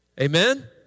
Amen